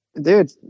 Dude